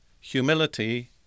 humility